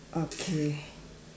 okay